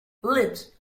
lit